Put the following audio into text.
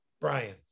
Brian